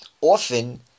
often